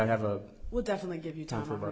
not have a will definitely give you time for